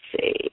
see